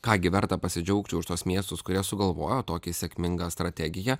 ką gi verta pasidžiaugti už tuos miestus kurie sugalvojo tokią sėkmingą strategiją